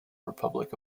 republic